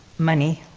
money.